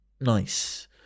nice